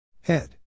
head